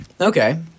okay